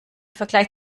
vergleich